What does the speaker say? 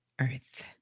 earth